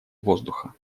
воздуха